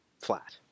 flat